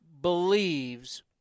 believes